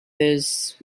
this